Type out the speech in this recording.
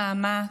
נעמה,